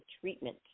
treatment